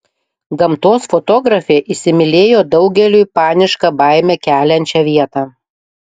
gamtos fotografė įsimylėjo daugeliui panišką baimę keliančią vietą